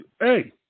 hey